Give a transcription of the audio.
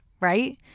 right